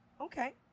Okay